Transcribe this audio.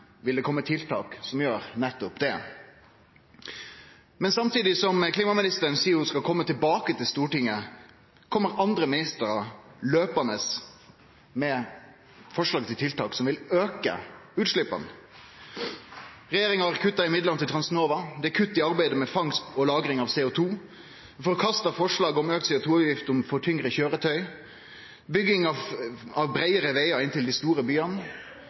det i statsbudsjettet for 2015 vil kome tiltak som gjer nettopp det. Men samtidig som klimaministeren seier ho skal kome tilbake til Stortinget, kjem andre ministrar løpande med forslag til tiltak som vil auke utsleppa. Regjeringa har kutta i midlane til Transnova, det er kutt i arbeidet med fangst og lagring av CO2, ein har forkasta forslag om auka CO2-avgift for tyngre køyretøy, det blir bygging av breiare vegar inn til dei store byane,